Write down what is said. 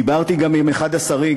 דיברתי גם עם אחד השרים,